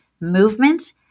movement